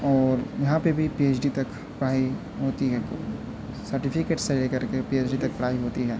اور یہاں پہ بھی پی ایچ ڈی تک پڑھائی ہوتی ہے سرٹیفکیٹ سے لے کر کے پی ایچ ڈی تک پڑھائی ہوتی ہے